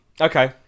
Okay